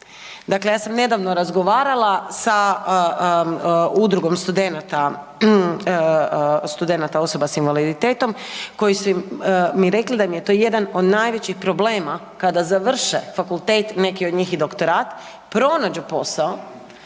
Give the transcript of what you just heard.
Dakle, ja sam nedavno razgovarala sa Udrugom studenata osoba s invaliditetom koji su mi rekli da im je to jedan od najvećih problema kada završe fakultet, neki od njih i doktorat pronađu posao